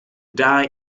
die